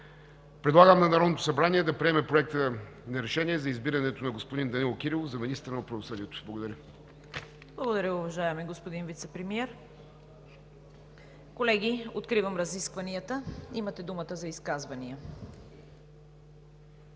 предлагам на Народното събрание да приеме Проект за решение за избирането на господин Данаил Кирилов за министър на правосъдието. Благодаря. ПРЕДСЕДАТЕЛ ЦВЕТА КАРАЯНЧЕВА: Благодаря, уважаеми господин Вицепремиер. Колеги, откривам разискванията. Имате думата за изказвания.